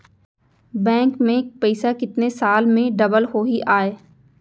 Bank में पइसा कितने साल में डबल होही आय?